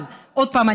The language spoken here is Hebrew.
אבל עוד פעם,